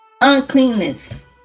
uncleanness